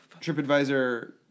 TripAdvisor